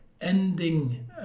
Ending